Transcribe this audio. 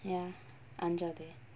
ya அஞ்சாதே:anjathae